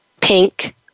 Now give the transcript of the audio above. pink